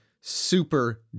super